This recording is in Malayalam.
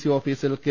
സി ഓഫീസിൽ കെ